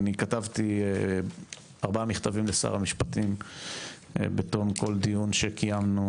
אני כתבתי ארבעה מכתבים לשר המשפטים בתום כל דיון שקיימנו,